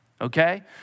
Okay